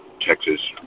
Texas